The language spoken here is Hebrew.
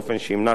ככל הניתן,